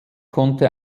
konnte